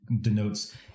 denotes